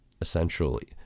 essentially